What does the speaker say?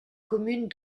commune